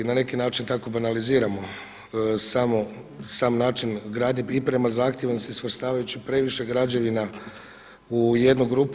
Na neki način tako banaliziramo sam način gradnje i prema zahtjevu … svrstavajući previše građevina u jednu grupu.